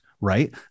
right